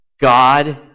God